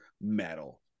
metal